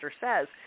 says